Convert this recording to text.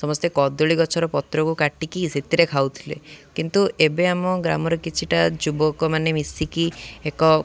ସମସ୍ତେ କଦଳୀ ଗଛର ପତ୍ରକୁ କାଟିକି ସେଥିରେ ଖାଉଥିଲେ କିନ୍ତୁ ଏବେ ଆମ ଗ୍ରାମରେ କିଛିଟା ଯୁବକ ମାନେ ମିଶିକି ଏକ